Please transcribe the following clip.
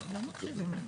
אנחנו נעשה הפסקה עכשיו.